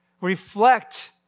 Reflect